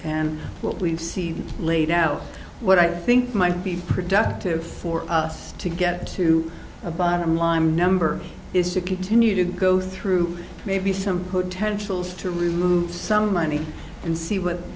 and what we've see laid out what i think might be productive for us to get to a bottom line number is to continue to go through maybe some potentials to remove some money and see what